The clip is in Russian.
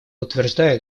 утверждает